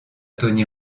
tony